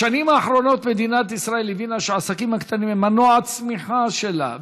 בשנים האחרונות מדינת ישראל הבינה שהעסקים הקטנים הם מנוע הצמיחה שלה,